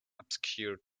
obscure